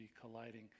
colliding